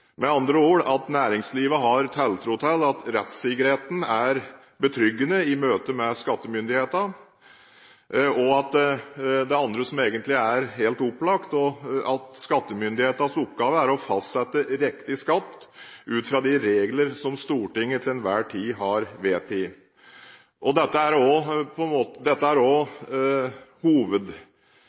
med andre ord at næringslivet har tiltro til at rettssikkerheten er betryggende i møte med skattemyndighetene. Det andre, som egentlig er helt opplagt, er at skattemyndighetenes oppgave er å fastsette riktig skatt ut fra de regler som Stortinget til enhver tid har vedtatt. Dette går fram av Finansdepartementets styring med skatteetaten ved at hovedmålet er at skatter skal fastsettes riktig og